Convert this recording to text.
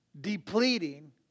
depleting